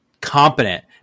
competent